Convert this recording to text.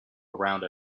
around